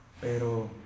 pero